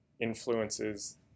influences